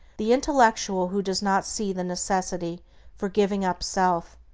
the intellectual who do not see the necessity for giving up self,